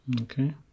okay